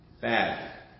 Bad